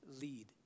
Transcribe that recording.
lead